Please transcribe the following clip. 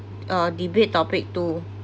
uh debate topic two